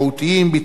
ביטחוניים,